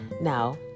Now